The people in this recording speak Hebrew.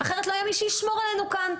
אחרת, לא יהיה מי שישמור עלינו כאן.